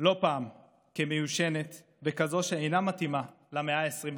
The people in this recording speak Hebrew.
לא פעם כמיושנת וכזאת שאינה מתאימה למאה ה-21.